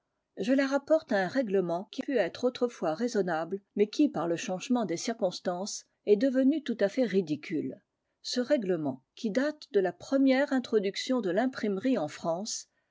je la rapporte à un règlement qui put être autrefois raisonnable mais qui par le changement des circonstances est devenu tout à fait ridicule ce règlement qui date de la première introduction de l'imprimerie en france